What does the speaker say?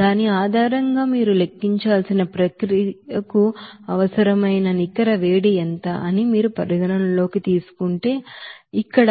దాని ఆధారంగా మీరు లెక్కించాల్సిన ప్రక్రియకు అవసరమైన నెట్ హీట్ ఎంత అని మీరు పరిగణనలోకి తీసుకుంటే ఇక్కడ